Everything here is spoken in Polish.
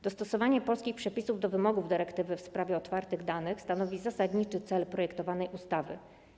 Dostosowanie polskich przepisów do wymogów dyrektywy w sprawie otwartych danych stanowi zasadniczy cel projektowanej ustawy.